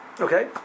okay